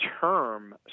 term